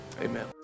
Amen